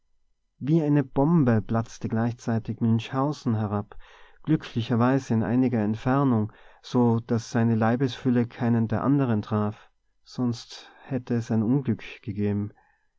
wie eine bombe platzte gleichzeitig münchhausen herab glücklicherweise in einiger entfernung so daß seine leibesfülle keinen der andern traf sonst hätte es ein unglück gegeben